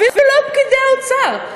אפילו לא פקידי האוצר.